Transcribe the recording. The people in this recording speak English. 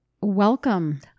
welcome